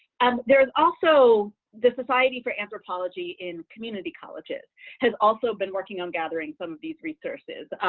um there is also the society for anthropology in community colleges has also been working on gathering some of these resources,